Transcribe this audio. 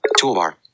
Toolbar